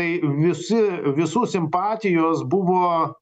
tai visi visų simpatijos buvo